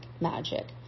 magic